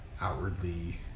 outwardly